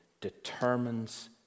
determines